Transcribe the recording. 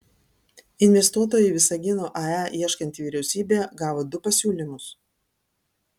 investuotojo į visagino ae ieškanti vyriausybė gavo du pasiūlymus